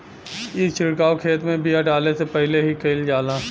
ई छिड़काव खेत में बिया डाले से पहिले ही कईल जाला